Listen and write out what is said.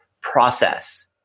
process